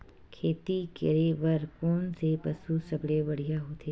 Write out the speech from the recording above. खेती करे बर कोन से पशु सबले बढ़िया होथे?